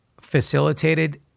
facilitated